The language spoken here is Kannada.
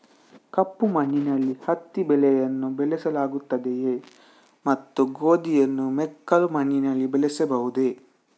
ಕಪ್ಪು ಮಣ್ಣಿನಲ್ಲಿ ಹತ್ತಿ ಬೆಳೆಯನ್ನು ಬೆಳೆಸಲಾಗುತ್ತದೆಯೇ ಮತ್ತು ಗೋಧಿಯನ್ನು ಮೆಕ್ಕಲು ಮಣ್ಣಿನಲ್ಲಿ ಬೆಳೆಯಬಹುದೇ?